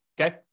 okay